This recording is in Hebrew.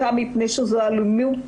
בחלקה מפני שזו אלימות